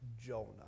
Jonah